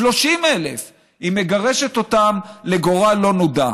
30,000, היא מגרשת אותם לגורל לא נודע.